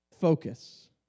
focus